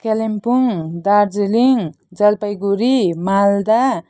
Kalimpong Darjeeling Jalpaiguri Malda